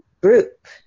group